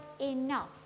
enough